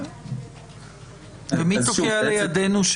ומי תוקע לידינו,